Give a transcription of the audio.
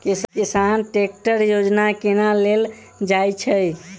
किसान ट्रैकटर योजना केना लेल जाय छै?